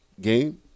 Game